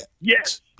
yes